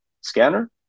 scanner